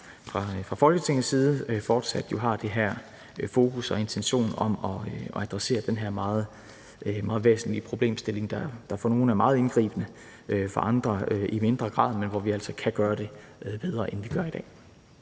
fra Folketingets side fortsat har det her fokus på og en intention om at adressere den her meget væsentlige problemstilling, der for nogle er meget indgribende og for andre i mindre grad, men hvor vi altså kan gøre det bedre, end vi gør i dag.